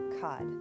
Cod